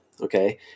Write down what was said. okay